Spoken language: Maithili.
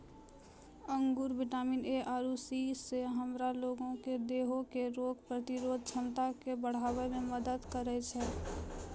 अंगूर विटामिन ए आरु सी से हमरा लोगो के देहो के रोग प्रतिरोधक क्षमता के बढ़ाबै मे मदत करै छै